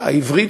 העברית,